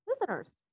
listeners